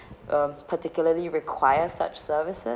um particularly require such services